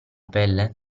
pelle